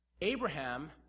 Abraham